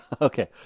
Okay